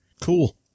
Cool